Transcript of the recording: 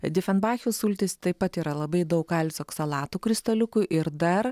difenbachijų sultys taip pat yra labai daug kalcio oksalatų kristaliukų ir dar